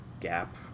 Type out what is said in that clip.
gap